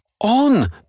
on